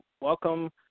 Welcome